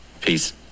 Peace